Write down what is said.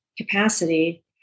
capacity